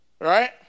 right